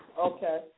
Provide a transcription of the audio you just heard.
Okay